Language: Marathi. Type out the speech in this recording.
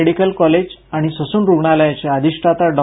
मेडिकल कॉलेज आणि ससून रुग्णालयाचे अधिष्ठाता डॉ